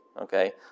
Okay